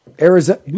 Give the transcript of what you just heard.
Arizona